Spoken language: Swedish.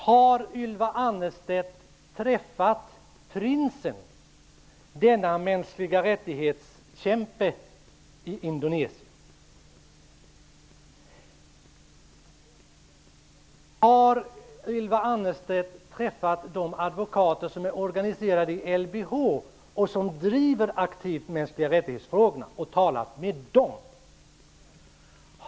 Har Ylva Annerstedt träffat prinsen, denne kämpe för mänskliga rättigheter i Indonesien? Har Ylva Annerstedt träffat de advokater som är organiserade i LBH och som aktivt driver frågorna om mänskliga rättigheter och talat med dem?